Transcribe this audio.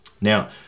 Now